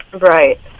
right